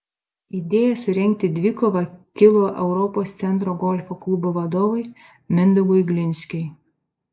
idėja surengti dvikovą kilo europos centro golfo klubo vadovui mindaugui glinskiui